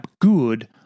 good